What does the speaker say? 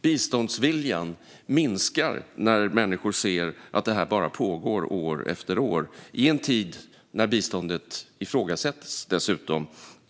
Biståndsviljan minskar när människor ser att det här bara pågår år efter år, dessutom i en tid när biståndet ifrågasätts.